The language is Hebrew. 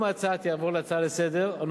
אם ההצעה תעבור להצעה לסדר-היום,